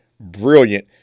brilliant